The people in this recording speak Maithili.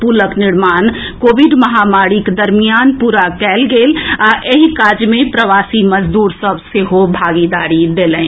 पुलक निर्माण कोविड महामारीक दरमियान पूरा कयल गेल आ एहि काज मे प्रवासी मजदूर सभ सेहो भागीदारी देलनि